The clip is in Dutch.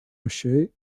monsieur